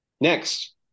Next